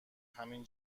همین